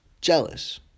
jealous